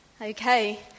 Okay